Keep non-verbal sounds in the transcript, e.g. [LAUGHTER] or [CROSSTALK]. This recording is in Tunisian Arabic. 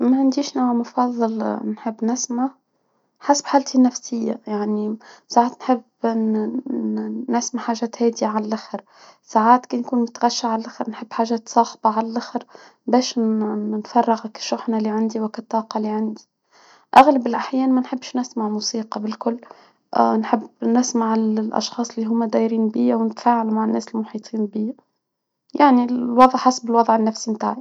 ما عنديش نوع مفضل، نحب نسمع حسب حالتي النفسية، يعني ساعة نحب نن- نسمع حاجات هادئة على اللاخر، ساعات كنكون متخش على اللاخر، نحب حاجات صاخبة على اللاخر، بش نن نفرغك، الشحنة إللي عندي وقت، الطاقة إللي عندي أغلب الأحيان ما نحبش نسمع موسيقى بالكل، [HESITATION] نحب نسمع الأشخاص إللي هما دايرين بيه وندفعوا مع الناس المحيطين بيه. يعني الوضع حسب الوضع النفسي متاعي.